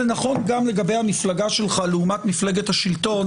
גם לגבי המפלגה שלך לעומת מפלגת השלטון